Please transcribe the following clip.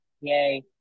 yay